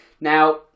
Now